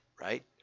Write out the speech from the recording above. right